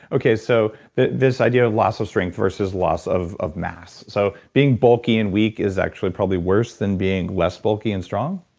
okay. so this idea of loss of strength versus loss of of mass. so being bulky and weak is actually probably worse than being less bulky and strong?